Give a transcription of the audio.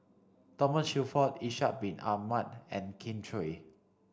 Thomas Shelford Ishak bin Ahmad and Kin Chui